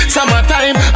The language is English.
Summertime